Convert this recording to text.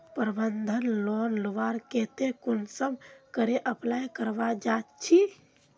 प्रबंधन लोन लुबार केते कुंसम करे अप्लाई करवा चाँ चची?